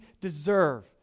deserve